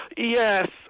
Yes